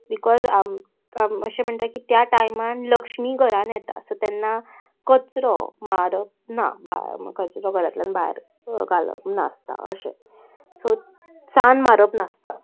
because आम अशें म्हणटा की त्या टायमान लक्ष्मी घरान येता सो तेन्ना कचरो मारप ना कचरो घरांतल्यान भायर घालप नासता अशें सो सान्न मारप नासता